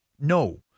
No